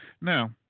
Now